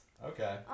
Okay